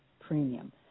premium